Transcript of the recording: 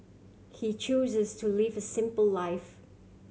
he chooses to live a simple life